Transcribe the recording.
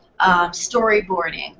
storyboarding